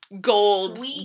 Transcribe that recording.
Gold